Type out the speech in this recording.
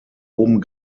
oben